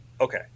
Okay